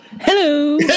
hello